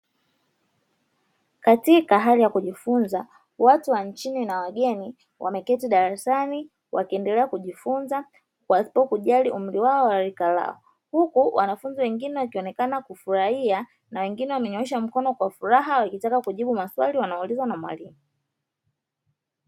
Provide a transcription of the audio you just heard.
Katika hali ya kujifunza watu wa nchini na wageni, wameketi darasani wakiwa wanajifunza pasipo kujali umri wao wala rika lao, huku wanafunzi wengine wakionekana kufurahia na wengine wamenyoosha mikono kwa furaha wakitaka kujibu maswali walioulizwa na mwalimu.